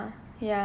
ya ya same